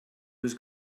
was